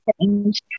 change